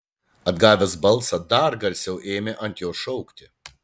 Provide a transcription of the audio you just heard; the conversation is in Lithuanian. atgavęs balsą dar garsiau ėmė ant jos šaukti